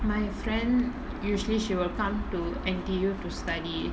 my friend usually she will come to N_T_U to study